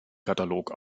katalog